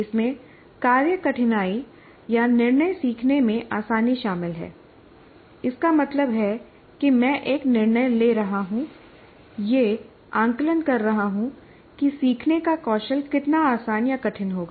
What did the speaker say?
इसमें कार्य कठिनाई या निर्णय सीखने में आसानी शामिल है इसका मतलब है कि मैं एक निर्णय ले रहा हूं यह आकलन कर रहा हूं कि सीखने का कौशल कितना आसान या कठिन होगा